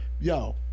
yo